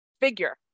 figure